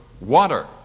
water